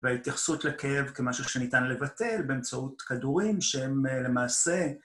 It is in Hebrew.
וההתייחסות לכאב כמשהו שניתן לבטל באמצעות כדורים שהם למעשה...